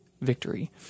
victory